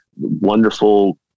wonderful